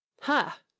Ha